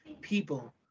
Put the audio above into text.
people